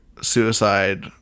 suicide